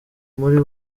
muri